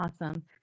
Awesome